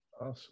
Awesome